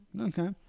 okay